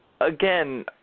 again